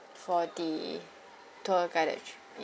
for the tour guided trip